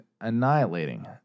annihilating